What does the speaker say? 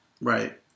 Right